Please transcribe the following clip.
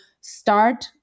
start